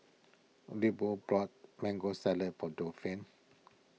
Leopold bought Mango Salad for Delphin